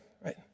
Right